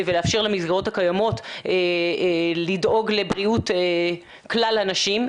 ולאפשר למסגרות הקיימות לדאוג לבריאות כלל הנשים,